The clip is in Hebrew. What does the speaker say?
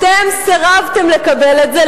אתם סירבתם לקבל את זה.